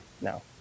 No